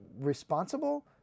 responsible